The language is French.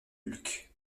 hulk